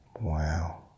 Wow